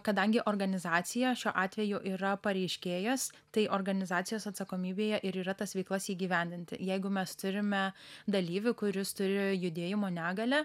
kadangi organizacija šiuo atveju yra pareiškėjas tai organizacijos atsakomybėje ir yra tas veiklas įgyvendinti jeigu mes turime dalyvį kuris turi judėjimo negalią